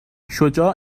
شجاع